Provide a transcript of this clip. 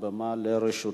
הבמה לרשותך.